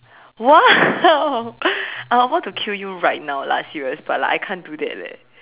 !wow! I am about to kill you right now lah serious but like I can't do that leh